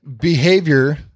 Behavior